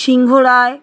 সিংহ রায়